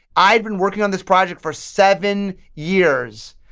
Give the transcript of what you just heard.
i've been working on this project for seven years.